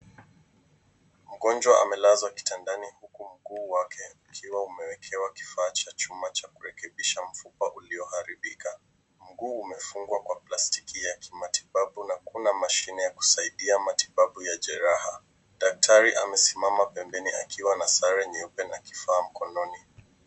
Mgonjwa amelazwa kitandani huku mguu wake ukiwa umewekewa kifaa cha chuma cha kurekebisha mfupa ulioharibika. Mguu umefungwa kwa plastiki ya kimatibabu na kuna mashine ya kusaidia matibabu ya jeraha. Daktari amesimama pembeni akiwa na sare nyeupe na kifaa mkononi.